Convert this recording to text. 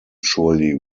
surely